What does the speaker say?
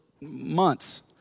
months